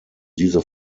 diese